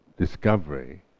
discovery